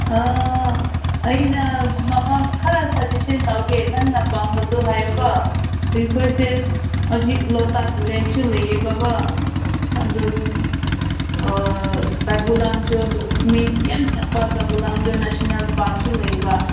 ꯑꯩꯅ ꯃꯐꯃ ꯈꯔ ꯁꯖꯦꯁꯟ ꯇꯧꯒꯦ ꯅꯪꯅ ꯄꯥꯝꯕꯗꯨ ꯍꯥꯏꯌꯨꯀꯣ ꯑꯩꯈꯣꯏꯁꯦ ꯍꯧꯖꯤꯛ ꯂꯣꯛꯇꯥꯛ ꯂꯦꯛꯁꯨ ꯂꯩꯌꯦꯕ ꯀꯣ ꯑꯗꯨꯒ ꯀꯩꯕꯨꯜ ꯂꯝꯖꯥꯎ ꯃꯤ ꯌꯥꯝ ꯆꯠꯄ ꯀꯩꯕꯨꯜ ꯂꯝꯖꯥꯎ ꯅꯦꯁꯅꯦꯜ ꯄꯥꯛꯁꯨ ꯂꯩꯕ